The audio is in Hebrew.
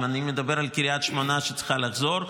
אם אני מדבר על קריית שמונה שצריכה לחזור,